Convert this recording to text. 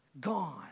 gone